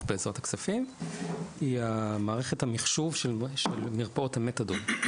בה בעזרת הכספים היא מערכת המחשוב של מרפאות המתדון,